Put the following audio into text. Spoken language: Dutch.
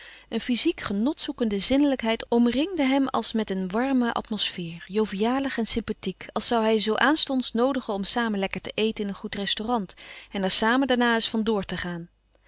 een fyziek genot zoekende zinnelijkheid omringde hem als met een warme atmosfeer jovialig en sympathiek als zoû hij zoo aanstonds noodigen om samen lekker te eten in een goed restaurant en er samen daarna eens van door te gaan